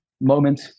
moment